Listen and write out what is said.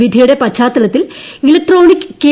വിധിയുടെ പശ്ചാത്തലത്തിൽ electronic K